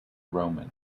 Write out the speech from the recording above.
roman